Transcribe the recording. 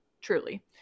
truly